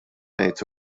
ngħid